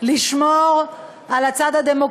אתה לא צריך לרוץ, אתן לך את הזמן.